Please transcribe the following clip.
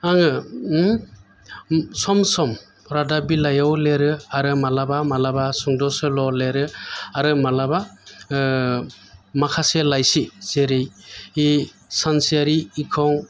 आङो सम सम रादाब बिलाइआव लिरो आरो मालाबा मालाबा सुंद' सल' लिरो आरो माबाला माखासे लाइसि जेरै सानसेयारि इंखं